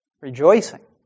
rejoicing